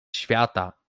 świata